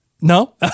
No